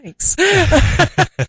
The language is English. Thanks